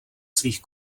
svých